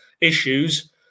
issues